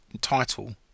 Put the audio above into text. title